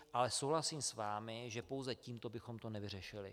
Ale souhlasím s vámi, že pouze tímto bychom to nevyřešili.